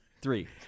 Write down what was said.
three